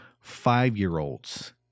five-year-olds